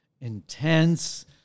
intense